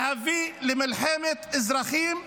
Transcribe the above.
להביא למלחמת אזרחים.